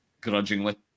grudgingly